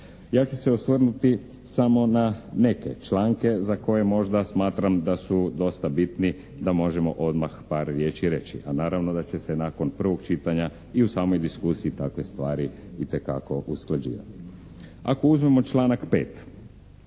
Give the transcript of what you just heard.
Ja ću se osvrnuti samo na neke članke za koje možda smatram da su dosta bitni da možemo odmah par riječi reći, a naravno da će se nakon prvog čitanja i u samoj diskusiji takve stvari itekako usklađivati. Ako uzmemo članak 5.